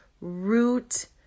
root